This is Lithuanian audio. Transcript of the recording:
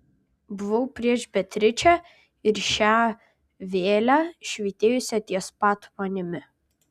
buvau prieš beatričę ir šią vėlę švytėjusią ties pat manimi